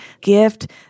gift